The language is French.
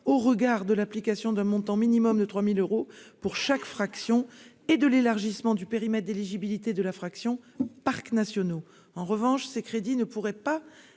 au regard de l'application d'un montant minimum de 3000 euros pour chaque fraction et de l'élargissement du périmètre d'éligibilité de la fraction parcs nationaux, en revanche, ces crédits ne pourrait pas